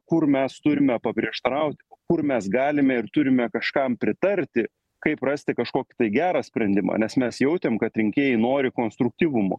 kur mes turime paprieštarauti kur mes galime ir turime kažkam pritarti kaip rasti kažkokį gerą sprendimą nes mes jautėm kad rinkėjai nori konstruktyvumo